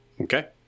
Okay